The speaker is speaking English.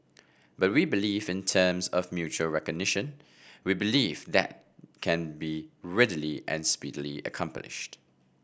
but we believe in terms of mutual recognition we believe that can be readily and speedily accomplished